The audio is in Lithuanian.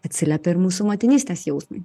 atsiliepia ir mūsų motinystės jausmui